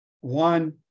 one